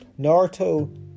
Naruto